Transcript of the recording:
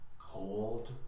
Cold